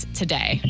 today